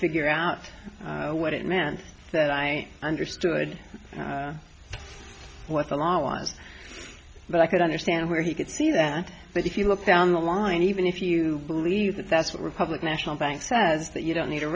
figure out what it meant that i understood what the law was but i could understand where he could see that but if you look down the line even if you believe that that's what republic national bank says that you don't need